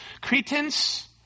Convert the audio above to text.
Cretans